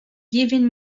giving